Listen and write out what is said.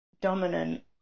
dominant